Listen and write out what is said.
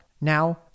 Now